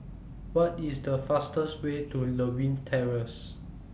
What IS The fastest Way to Lewin Terrace